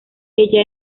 ella